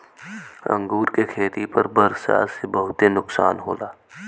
अंगूर के खेती पर बरसात से बहुते नुकसान होला